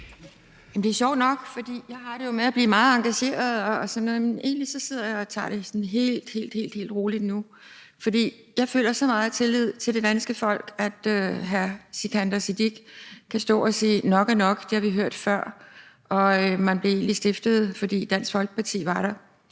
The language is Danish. Det er sjovt nok. For jeg har det jo med at blive meget engageret og sådan noget, men egentlig sidder jeg og tager det sådan helt, helt roligt nu, for jeg føler så meget tillid til det danske folk, at hr. Sikandar Siddique kan stå og sige, at nok er nok – det har vi hørt før – og at man egentlig blev stiftet, fordi Dansk Folkeparti var der.